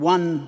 One